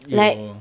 your